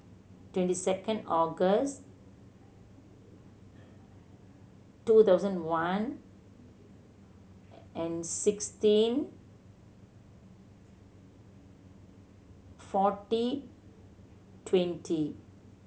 twenty second August two thousand one and sixteen forty twenty